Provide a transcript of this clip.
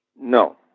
No